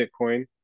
Bitcoin